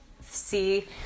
see